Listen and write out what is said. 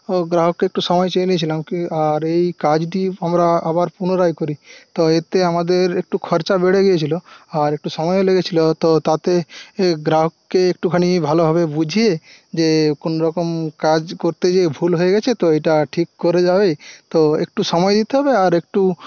গ্রাহককে একটু সময় চেয়ে নিয়েছিলাম কি আর এই কাজটি আমরা আবার পুনরায় করি তো এতে আমাদের একটু খরচা বেড়ে গেছিলো আর একটু সময়ও লেগেছিলো তো তাতে গ্রাহককে একটুখানি ভালোভাবে বুঝিয়ে যে কোনোরকম কাজ করতে যেয়ে ভুল হয়ে গেছে তো এটা ঠিক করা যাবে তো একটু সময় দিতে হবে আর একটু